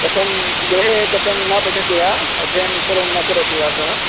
कथं गृहे कथं न पठति वा अध्ययनं सर्वं न करोति वा सः